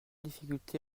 difficulté